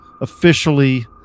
officially